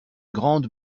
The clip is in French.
grande